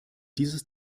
dieses